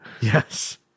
Yes